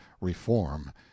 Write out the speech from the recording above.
reform